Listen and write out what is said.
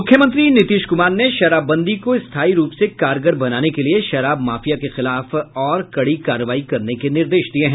मुख्यमंत्री नीतीश कुमार ने शराबबंदी को स्थायी रूप से कारगर बनाने के लिए शराब माफिया के खिलाफ और कड़ी कार्रवाई करने के निर्देश दिये हैं